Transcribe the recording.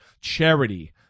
charity